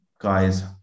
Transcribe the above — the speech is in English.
guys